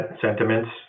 sentiments